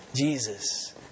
Jesus